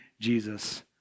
Jesus